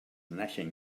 naixen